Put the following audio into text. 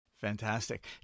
Fantastic